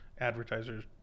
advertisers